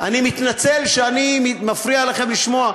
אני מתנצל שאני מפריע לכם לשמוע,